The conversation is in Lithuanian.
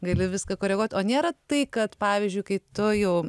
gali viską koreguot o nėra tai kad pavyzdžiui kai tu jau